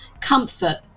comfort